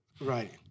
Right